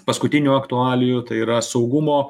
paskutinių aktualijų tai yra saugumo